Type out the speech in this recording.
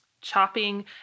chopping